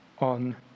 on